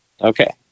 Okay